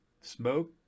smoke